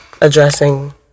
addressing